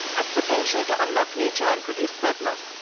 as potential to unlock nature and produce surplus.